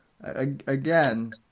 again